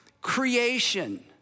creation